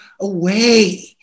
away